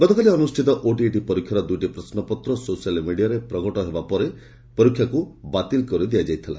ଗତକାଲି ଅନୁଷ୍ଷିତ ଓଟିଇଟି ପରୀକ୍ଷାର ଦୂଇଟି ପ୍ରଶ୍ରପତ୍ର ସୋସିଆଲ ମିଡ଼ିଆରେ ପ୍ରଘଟ ହେବା ପରେ ପରୀକ୍ଷାକୁ ବାତିଲ କରିଦିଆଯାଇଥିଲା